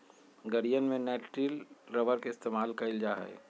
गड़ीयन में nitrile rubber के इस्तेमाल कइल जा हई